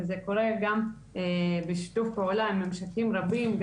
זה קורה גם בשיתוף פעולה עם ממשקים רבים.